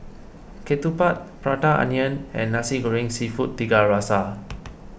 Ketupat Prata Onion and Nasi Goreng Seafood Tiga Rasa